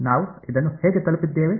ನಾವು ಇದನ್ನು ಹೇಗೆ ತಲುಪಿದ್ದೇವೆ